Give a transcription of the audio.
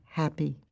happy